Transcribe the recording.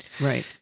Right